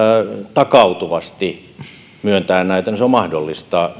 takautuvasti myöntää näitä niin se on mahdollista